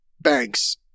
banks